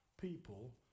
people